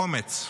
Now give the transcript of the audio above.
אומץ.